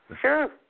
Sure